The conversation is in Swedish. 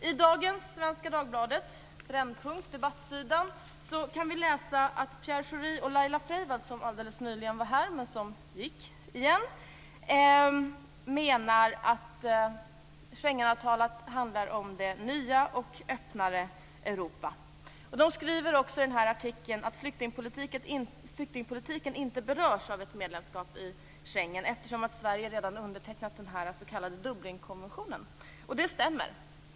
I dagens Svenska Dagbladet, under Brännpunkt på debattsidan, kan vi läsa att Pierre Schori och Laila Freivalds, som alldeles nyligen var här men gick igen, menar att Schengenavtalet handlar om det nya och öppnare Europa. De skriver i artikeln att flyktingpolitiken inte berörs av ett medlemskap i Schengen eftersom Sverige redan har undertecknat den s.k. Dublinkonventionen. Det stämmer.